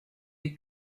des